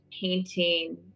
painting